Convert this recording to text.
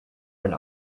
and